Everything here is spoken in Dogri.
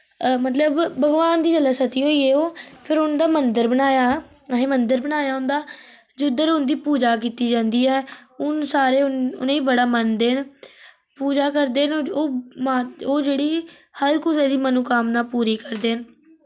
मतलब भगवान दी जेल्लै सती होइये ओ फिर उं'दा मंदर बनाया असीं मंदर बनाया उं'दा जुद्धर उं'दी पूजा कीती जन्दी ऐ हुन सारे उ'नेई बड़ा मनदे न पूजा करदे न ओ मा ओ जेह्ड़ी हर कुसै दी मनोकामना पूरी करदे न